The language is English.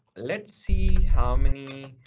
let's see how many,